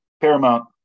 Paramount